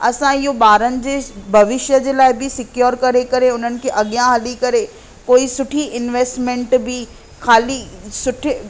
असां इयो ॿारनि जे भविष्य जे लाइ बि सिक्योर करे करे उन्हनि खे अॻियां हली करे कोई सुठी इंवेस्टमेंट बि खाली सुठे